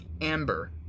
amber